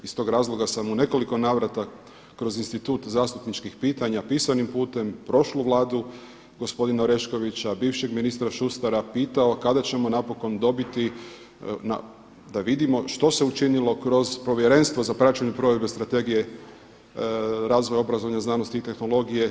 Iz tog razloga sam u nekoliko navrata kroz institut zastupničkih pitanja pisanim putem prošlu Vladu gospodina Oreškovića, bivšeg ministra Šustara pitao kada ćemo napokon dobiti da vidimo što se učinilo kroz povjerenstvo za praćenje provedbe Strategije razvoja obrazovanja, znanosti i tehnologije.